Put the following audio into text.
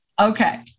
Okay